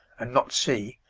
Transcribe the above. and not c,